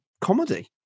comedy